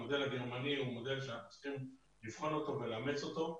המודל הגרמני הוא מודל שאנחנו צריכים לבחון אותו ולאמץ אותו.